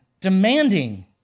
demanding